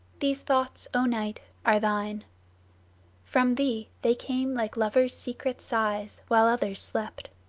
these thoughts, o night, are thine from thee they came like lovers' secret sighs, while others slept.